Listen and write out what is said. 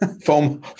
foam